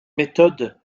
méthode